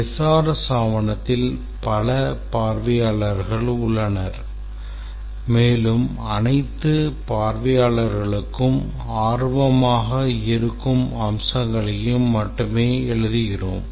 SRS ஆவணத்தில் பல பார்வையாளர்கள் உள்ளனர் மேலும் அனைத்து பார்வையாளர்களுக்கும் ஆர்வமாக இருக்கும் அம்சங்களை மட்டுமே எழுதுகிறோம்